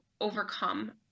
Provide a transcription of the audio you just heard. overcome